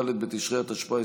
ד' בתשרי התשפ"א,